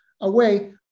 away